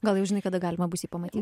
gal jau žinai kada galima bus jį pamatyt